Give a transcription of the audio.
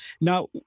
Now